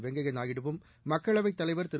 வெங்கப்யா நாயுடுவும் மக்களவைத் தலைவர் திரு